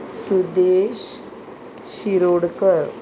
Sudesh Shirodkar